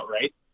right